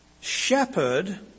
Shepherd